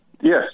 Yes